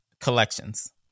collections